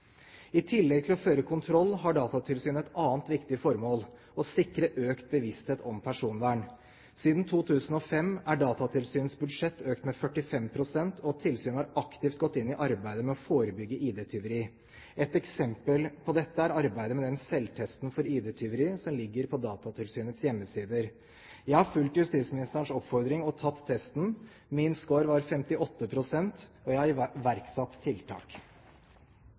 I tillegg til å føre kontroll har Datatilsynet et annet viktig formål: å sikre økt bevissthet om personvern. Siden 2005 er Datatilsynets budsjett økt med 45 pst., og tilsynet har aktivt gått inn i arbeidet med å forebygge ID-tyveri. Et eksempel på dette er arbeidet med en selvtest for ID-tyveri som ligger på Datatilsynets hjemmesider. Jeg har fulgt justisministerens oppfordring og tatt testen. Min score var 58 pst., og jeg har iverksatt tiltak.